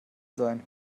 sein